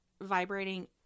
vibrating